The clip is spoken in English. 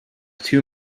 two